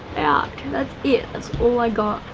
out. that's it. that's all i got.